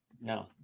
No